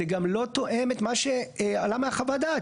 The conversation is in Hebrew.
זה גם לא תואם את מה שעלה מחוות הדעת.